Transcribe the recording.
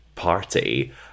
party